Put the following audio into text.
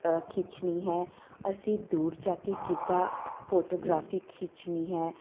ਖਿੱਚਣੀ ਹੈ ਅਸੀਂ ਦੂਰ ਜਾ ਕੇ ਕਿੱਦਾਂ ਫੋਟੋਗ੍ਰਾਫੀ ਖਿੱਚਣੀ ਹੈ